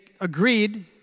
agreed